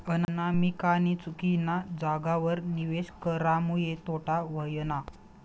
अनामिकानी चुकीना जागावर निवेश करामुये तोटा व्हयना